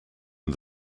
and